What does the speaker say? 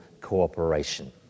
cooperation